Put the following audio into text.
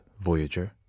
Voyager